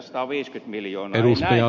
täällä äsken ed